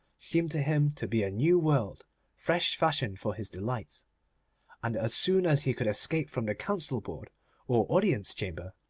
seemed to him to be a new world fresh-fashioned for his delight and as soon as he could escape from the council-board or audience-chamber,